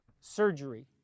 Surgery